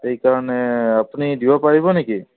সেইকাৰণে আপুনি দিব পাৰিব নেকি